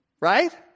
right